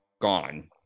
gone